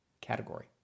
category